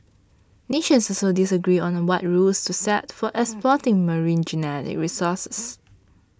nations also disagree on a what rules to set for exploiting marine genetic resources